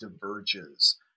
diverges